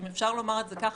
אם אפשר לומר את זה ככה,